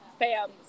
fams